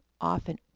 often